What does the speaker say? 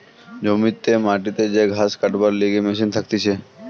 জমিতে মাটিতে যে ঘাস কাটবার লিগে মেশিন থাকতিছে